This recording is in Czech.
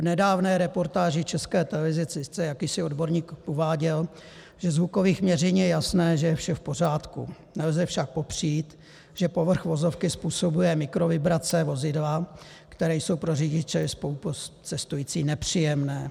V nedávné reportáži České televize sice jakýsi odborník uváděl, že ze zvukových měření je jasné, že je vše v pořádku, nelze však popřít, že povrch vozovky způsobuje mikrovibrace vozidla, které jsou pro řidiče i spolucestující nepříjemné.